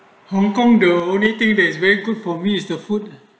hong kong the only thing that is very good for me is the food